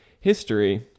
history